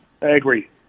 agree